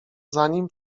zanim